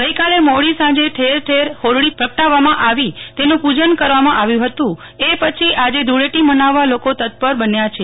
ગઈકાલે મોડી સાંજે ઠેર ઠેર હોળી પ્રગટાવામાં આવી તેનું પૂજન કરવામાં આવ્યું હતું એ પર્વ આજે ધૂળેટી મનાવવા લોકો તત્પર બન્યા છે